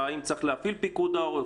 האם צריך להפעיל את פיקוד העורף,